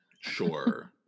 Sure